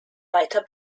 weiter